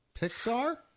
Pixar